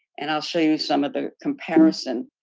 and i'll show you some of the comparison